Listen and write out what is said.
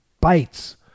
bites